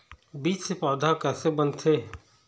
बीज से पौधा कैसे बनथे?